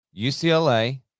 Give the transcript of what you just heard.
UCLA